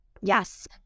Yes